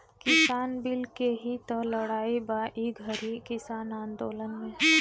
किसान बिल के ही तअ लड़ाई बा ई घरी किसान आन्दोलन में